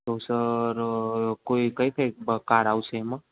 તો સર કોઈ કઈ કઈ કાર આવસે એમા